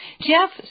Jeff